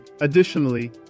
Additionally